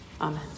Amen